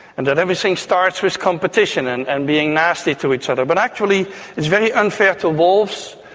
and that everything starts with competition and and being nasty to each other, but actually it's very unfair to wolves,